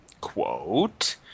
Quote